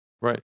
Right